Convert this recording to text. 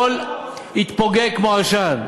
הכול התפוגג כמו עשן.